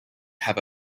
have